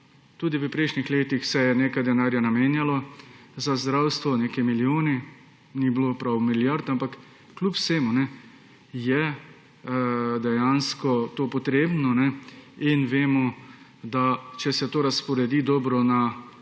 tudi v prejšnjih letih nekaj denarja namenjalo za zdravstvo, neki milijoni, ni bilo prav milijard. Ampak kljub vsemu je dejansko to potrebno in vemo, da če se to dobro razporedi na